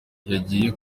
yagiye